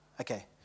Okay